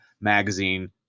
magazine